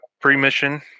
pre-mission